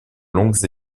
longues